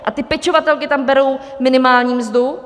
A ty pečovatelky tam berou minimální mzdu?